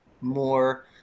more